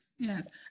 Yes